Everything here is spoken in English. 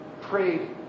Prayed